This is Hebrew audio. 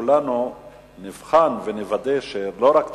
שכולנו נבחן ונוודא שלא רק תוכניות,